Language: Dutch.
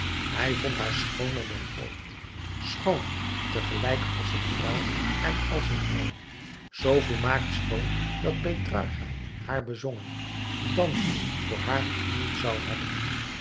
hij vond haar schooner dan ooit schoon tegelijk als een vrouw en als een engel zoo volmaakt schoon dat petrarcha haar bezongen dante voor haar geknield zou hebben